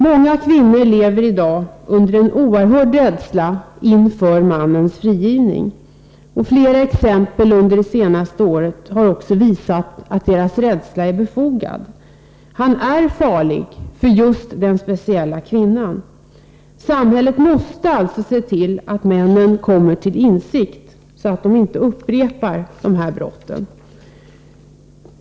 Många kvinnor lever i dag i oerhörd rädsla för mannens frigivning. Flera exempel det senaste året har också visat att deras rädsla är befogad. Han är farlig för just den speciella kvinnan. Samhället måste alltså se till att männen kommer till insikt, så att de inte upprepar brottet.